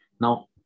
Now